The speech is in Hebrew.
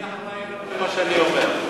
אני אחראי למה שאני אומר.